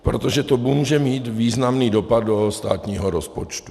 Protože to může mít významný dopad do státního rozpočtu.